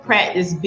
practice